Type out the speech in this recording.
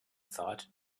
thought